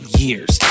years